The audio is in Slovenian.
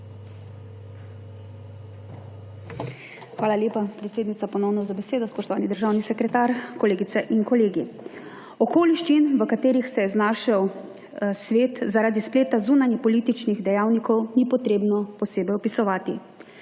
Hvala lepa, predsednica, ponovno za besedo. Spoštovani državni sekretar, kolegice in kolegi! Okoliščin, v katerih je znašel svet, zaradi spleta zunanje političnih dejavnikov ni potrebno posebej opisovati.